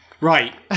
Right